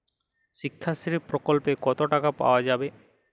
শিক্ষাশ্রী প্রকল্পে কতো টাকা পাওয়া যাবে?